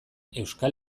euskal